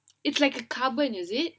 it's like carbon is it